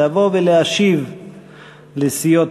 לבוא ולהשיב לסיעות